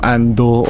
Ando